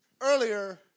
earlier